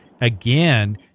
Again